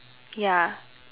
ya